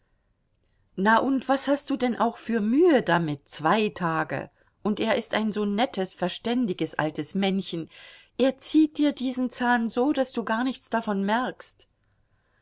na und was hast du denn auch für mühe damit zwei tage und er ist ein so nettes verständiges altes männchen er zieht dir diesen zahn so daß du gar nichts davon merkst